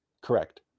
correct